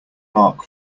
mark